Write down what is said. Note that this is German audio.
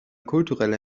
kultureller